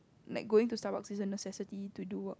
like going to Starbucks is a necessity to do work